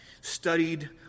studied